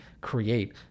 create